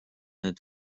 need